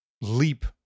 leap